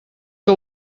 que